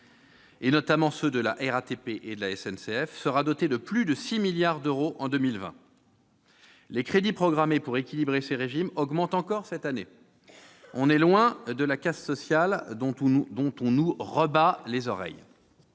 notamment ceux de la RATP et de la SNCF, sera dotée de plus de 6 milliards d'euros en 2020. Les crédits programmés pour équilibrer ces régimes augmentent encore cette année. On est donc loin de la casse sociale dont on nous rebat les oreilles.